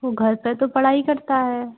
वो घर पर तो पढ़ाई करता है